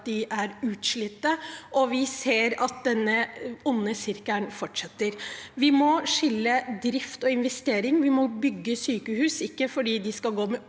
at de er utslitt, og vi ser at denne onde sirkelen fortsetter. Vi må skille drift og investering. Vi må bygge sykehus, ikke fordi de skal gå med